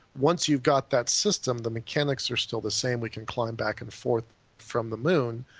once you've got that system, the mechanics are still the same, we can climb back and forth from the moon.